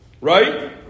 Right